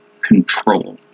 control